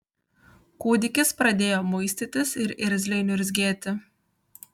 kūdikis pradėjo muistytis ir irzliai niurzgėti